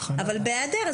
אבל בהיעדר,